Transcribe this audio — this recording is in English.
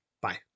Bye